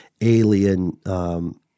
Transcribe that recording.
alien